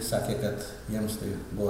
sakė kad jiems tai buvo